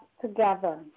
together